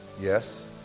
Yes